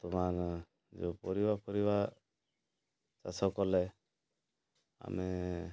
ବର୍ତ୍ତମାନ ଯେଉଁ ପରିବା ଫରିବା ଚାଷ କଲେ ଆମେ